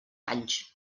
anys